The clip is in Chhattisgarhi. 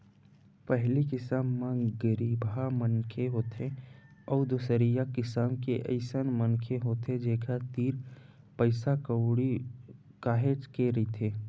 पहिली किसम म गरीबहा मनखे होथे अउ दूसरइया किसम के अइसन मनखे होथे जेखर तीर पइसा कउड़ी काहेच के रहिथे